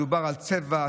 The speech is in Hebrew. מדובר על צבע,